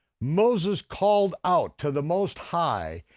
moses called out to the most high,